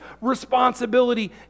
responsibility